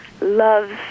loves